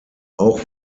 auch